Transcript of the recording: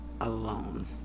alone